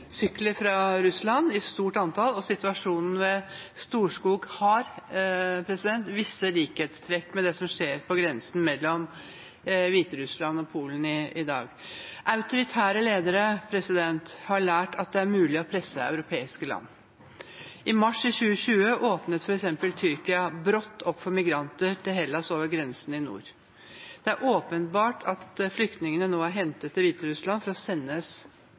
sykler fra Russland i stort antall, og situasjonen ved Storskog hadde visse likhetstrekk med det som skjer på grensen mellom Hviterussland og Polen i dag. Autoritære ledere har lært at det er mulig å presse europeiske land. I mars 2020 åpnet f.eks. Tyrkia brått opp for migranter til Hellas over grensen i nord. Det er åpenbart at flyktningene nå er hentet til Hviterussland for å sendes